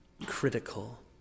Critical